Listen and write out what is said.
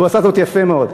הוא עשה זאת יפה מאוד,